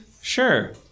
Sure